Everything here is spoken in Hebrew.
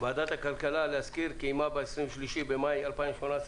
להזכיר ועדת הכלכלה קיימה ב-23 במאי 2018,